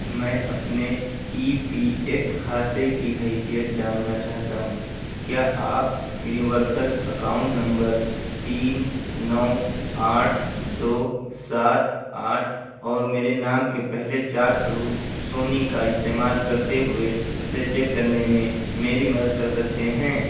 میں اپنے E P F کھاتے کی حیثیت جاننا چاہتا ہوں کیا آپ یونیورسل اکاؤنٹ نمبر تین نو آٹھ دو سات آٹھ اور میرے نام کے پہلے چار حروف سونی کا استعمال کرتے ہوئے اسے چیک کرنے میں میری مدد کر سکتے ہیں